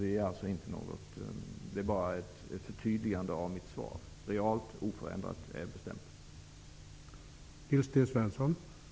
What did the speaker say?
Det som jag nu har sagt är bara ett förtydligande av mitt svar. Realt oförändrade anslag har man alltså bestämt.